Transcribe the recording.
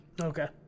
Okay